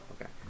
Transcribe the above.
okay